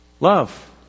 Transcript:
Love